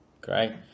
Great